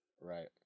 Right